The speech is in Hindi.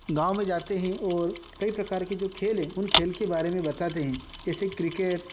गाँव में जाते ही और कई प्रकार के जो खेल हैं उन खेल के बारे में बताते हैं जैसे क्रिकेट